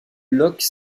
loch